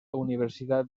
universidad